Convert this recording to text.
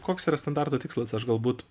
koks yra standarto tikslas aš galbūt